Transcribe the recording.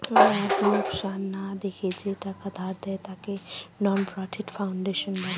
লাভ লোকসান না দেখে যে টাকা ধার দেয়, তাকে নন প্রফিট ফাউন্ডেশন বলে